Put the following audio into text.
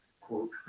quote